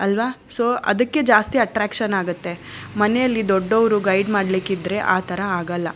ಅಲ್ಲವಾ ಸೊ ಅದಕ್ಕೆ ಜಾಸ್ತಿ ಅಟ್ರಾಕ್ಷನ್ ಆಗುತ್ತೆ ಮನೇಲಿ ದೊಡ್ಡವರು ಗೈಡ್ ಮಾಡಲಿಕ್ಕಿದ್ರೆ ಆ ಥರ ಆಗೋಲ್ಲ